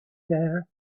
there